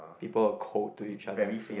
people were cold to each other as well